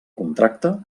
contracte